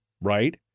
right